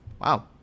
Wow